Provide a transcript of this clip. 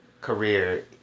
career